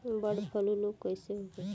Bird flu रोग कईसे होखे?